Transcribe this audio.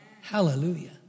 Hallelujah